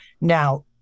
Now